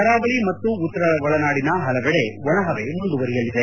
ಕರಾವಳಿ ಮತ್ತು ಉತ್ತರ ಒಳನಾಡಿನ ಹಲವೆಡೆ ಒಣಹವೆ ಮುಂದುವರೆಯಲಿದೆ